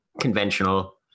conventional